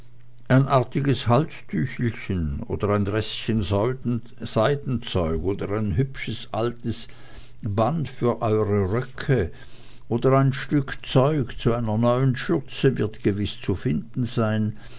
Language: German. ein artiges halstüchelchen oder ein restchen seidenzeug oder ein hübsches altes band für eure röcke oder ein stück zeug zu einer neuen schürze wird gewiß auch zu finden sein